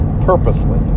purposely